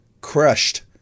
crushed